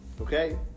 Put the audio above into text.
Okay